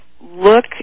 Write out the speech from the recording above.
look